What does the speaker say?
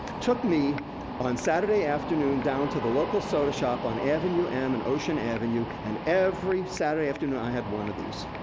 took me on saturday afternoon down to the local soda shop on avenue m and ocean avenue, and every saturday afternoon i had one of these.